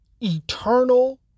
eternal